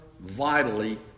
vitally